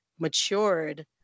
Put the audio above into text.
matured